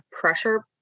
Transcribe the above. pressure